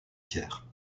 tiers